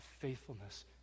faithfulness